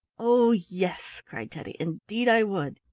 oh, yes! cried teddy. indeed, i would.